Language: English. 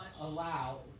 allow